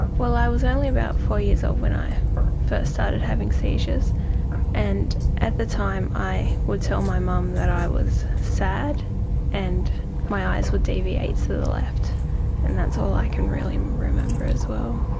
well i was only about four years old when i first started having seizures and at the time i would tell my mum that i was sad and my eyes would deviate to the left and that's all i can really remember as well.